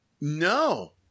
No